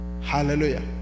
Hallelujah